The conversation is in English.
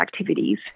activities